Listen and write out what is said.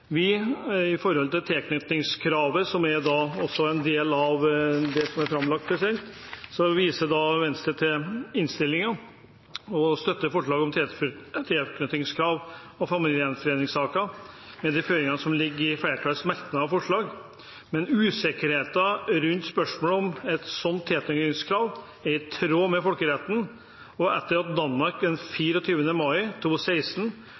tilknytningskravet, som også er en del av det som er framlagt, viser Venstre til innstillingen og støtter forslaget om tilknytningskrav og familiegjenforeningssaker med de føringer som ligger i flertallets merknader og forslag. Men usikkerheten om et slikt tilknytningskrav er i tråd med folkeretten, og det faktum at Danmark den